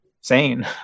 sane